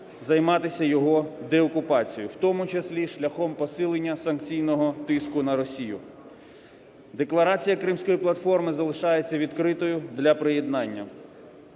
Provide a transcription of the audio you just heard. займатися його деокупацією, в тому числі шляхом посилення санкційного тиску на Росію. Декларація Кримської платформи залишається відкритою для приєднання.